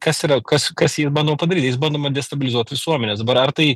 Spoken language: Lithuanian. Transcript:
kas yra kas kas jais bandoma padaryt jais bamdoma destabilizuot visuomenes dabar ar tai